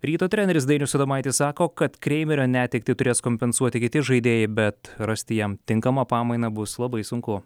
ryto treneris dainius adomaitis sako kad kreimerio netektį turės kompensuoti kiti žaidėjai bet rasti jam tinkamą pamainą bus labai sunku